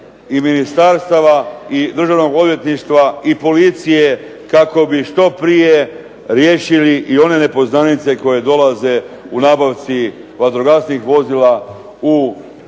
i ministarstava i državnog odvjetništva i policije kako bi što prije riješili i one nepoznanice koje dolaze u nabavci vatrogasnih vozila u